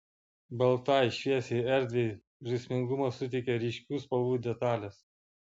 baltai šviesiai erdvei žaismingumo suteikia ryškių spalvų detalės